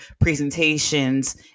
presentations